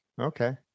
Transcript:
okay